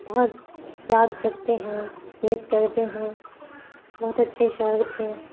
بہت یاد کرتے ہیں مس کرتے ہیں بہت اچھے شاعر تھے